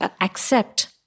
accept